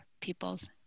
people's